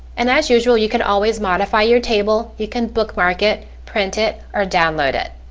and as usual you can always modify your table you can bookmark it, print it, or download it.